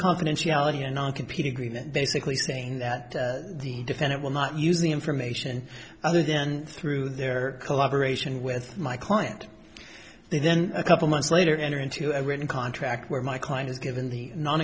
confidentiality and non competing agreement basically saying that the defendant will not use the information other then through their collaboration with my client then a couple months later enter into a written contract where my client is given the non